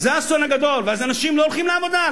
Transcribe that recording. זה האסון הגדול, ואז אנשים לא הולכים לעבודה.